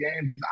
games